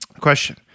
Question